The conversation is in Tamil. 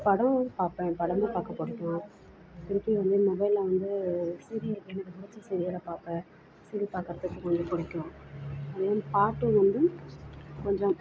படம் பார்ப்பேன் படமும் பார்க்க பிடிக்கும் திருப்பி வந்து மொபைலில் வந்து சீரியல் எனக்கு பிடிச்ச சீரியலை பார்ப்பேன் சீரியல் பார்க்கறத்துக்கு கொஞ்சம் பிடிக்கும் அது மாரி பாட்டும் வந்து கொஞ்சம்